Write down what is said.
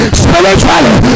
spiritually